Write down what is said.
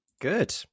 good